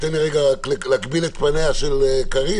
תן לי רגע רק להקביל את פניה של קארין.